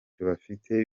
bafite